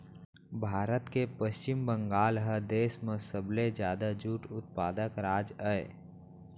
भारत के पस्चिम बंगाल ह देस म सबले जादा जूट उत्पादक राज अय